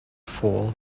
fall